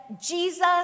Jesus